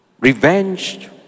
revenge